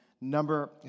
number